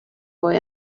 boy